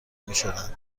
میشدند